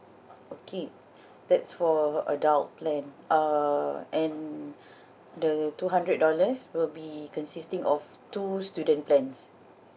okay that's for adult plan uh and the two hundred dollars will be consisting of two student plans